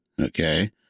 okay